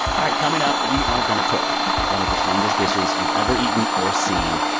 all right. coming up, we are going to cook one of the strangest dishes you've ever eaten or seen.